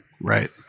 Right